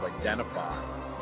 identify